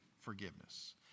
forgiveness